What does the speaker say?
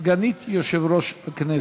סגנית יושב-ראש הכנסת.